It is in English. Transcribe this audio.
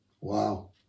Wow